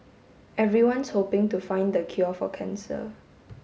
everyone's hoping to find the cure for cancer